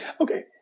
Okay